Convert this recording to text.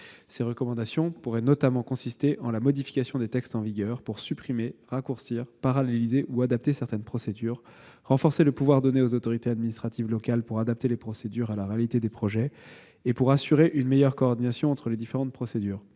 Ces recommandations pourraient notamment consister en la modification des textes en vigueur pour supprimer, raccourcir, paralléliser ou adapter certaines procédures ; renforcer le pouvoir donné aux autorités administratives locales pour adapter les procédures à la réalité des projets et pour assurer une meilleure coordination entre les différentes procédures